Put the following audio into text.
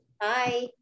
Bye